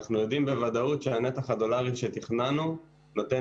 אנחנו יודעים בוודאות שהנתח הדולרי שתכננו נותן